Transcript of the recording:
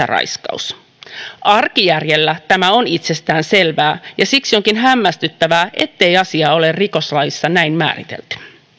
raiskaus arkijärjellä tämä on itsestäänselvää ja siksi onkin hämmästyttävää ettei asia ole rikoslaissa näin määritelty